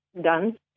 done